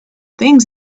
things